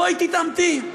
בואי תתעמתי,